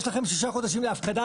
יש לכם 6 חודשים להפקדה.